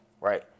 Right